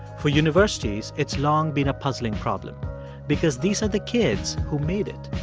for universities, it's long been a puzzling problem because these are the kids who made it.